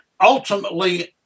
ultimately